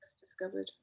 Discovered